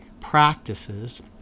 practices